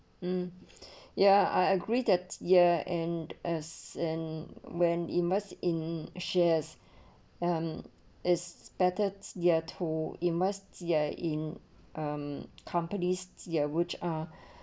um ya I agree that ya and as and when immersed in shares um is better to ya to immersed ya in um companies there which are